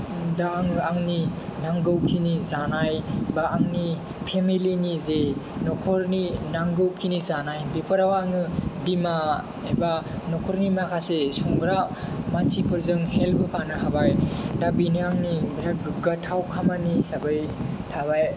दा आङो आंनि नांगौखिनि जानाय बा आंनि फेमिलिनि जे नखरनि नांगौखिनि जानाय बेफोराव आङो बिमा एबा नखरनि माखासे संग्रा मानसिफोरजों हेल्प होफानो हाबाय दा बेनो आंनि बिराद गोग्गाथाव खामानि हिसाबै थाबाय